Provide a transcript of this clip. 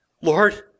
Lord